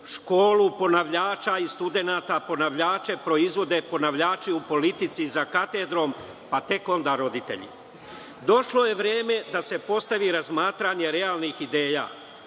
školu ponavljača i studenata ponavljače proizvode ponavljači u politici za katedrom, pa tek onda roditelji. Došlo je vreme da se postavi razmatranje realnih ideja,